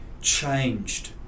changed